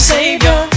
Savior